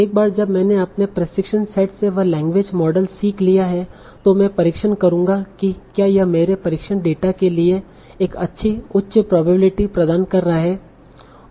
एक बार जब मैंने अपने प्रशिक्षण सेट से वह लैंग्वेज मॉडल सीख लिया है तो मैं परीक्षण करूंगा कि क्या यह मेरे परीक्षण डेटा के लिए एक अच्छी उच्च प्रोबेबिलिटी प्रदान कर रहा है